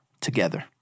together